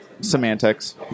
Semantics